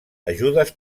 ajudes